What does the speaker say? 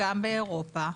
באמת,